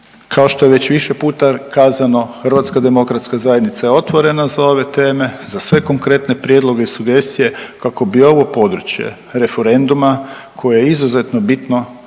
kao što je već više puta kazano Hrvatska demokratska zajednica je otvorena za ove teme, za sve konkretne prijedloge i sugestije kako bi ovo područje referenduma koje je izuzetno bitno